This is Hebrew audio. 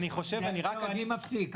אני מפסיק.